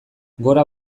gora